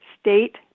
state